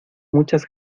muchas